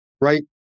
right